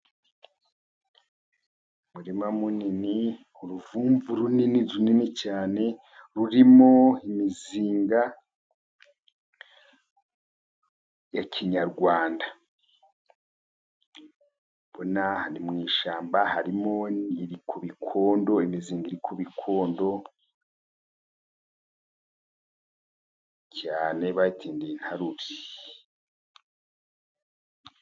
Umurima munini ,uruvumvu runini runini cyane rurimo imizinga ya kinyarwanda ,urabona aha ni mu ishyamba harimo ku bikondo imizinga iri ku bikondo cyane bayitindiye intarure.